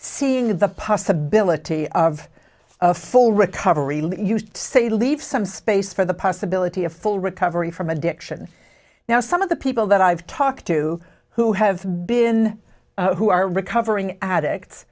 seeing the possibility of a full recovery lit used say leave some space for the possibility of full recovery from addiction now some of the people that i've talked to who have been who are recovering addict